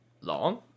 long